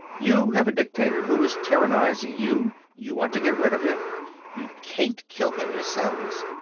you have a dictator who is tyrannizing you you want to get rid of him you can't kill him yourselves.